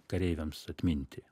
kareiviams atminti